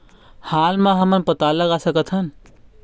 हाल मा हमन पताल जगा सकतहन?